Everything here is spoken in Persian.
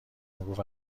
میگفت